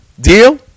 Deal